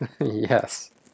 Yes